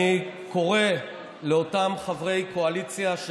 אני קורא לאותם חברי קואליציה,